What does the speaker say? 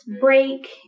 break